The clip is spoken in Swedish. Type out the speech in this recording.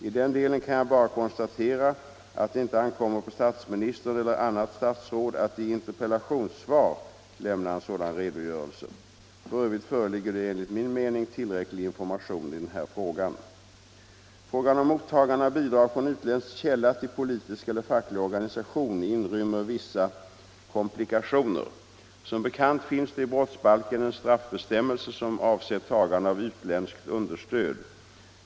I den delen kan jag bara konstatera att det inte ankommer på statsministern eller annat statsråd att i interpellationssvar lämna en sådan redogörelse. F. ö. föreligger det enligt min mening tillräcklig information i den här frågan. Frågan om mottagande av bidrag från utländsk källa till politisk eller facklig organisation inrymmer vissa komplikationer. Som bekant finns det i brottsbalken en straffbestämmelse som avser tagande av utländskt understöd.